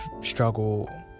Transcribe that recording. struggle